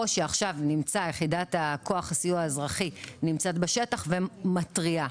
שעכשיו נמצא יחידת כוח הסיוע האזרחי נמצאת בשטח ומתריעה.